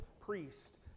priest